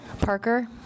Parker